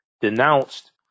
denounced